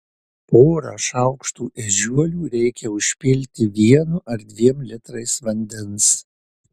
porą šaukštų ežiuolių reikia užpilti vienu ar dviem litrais vandens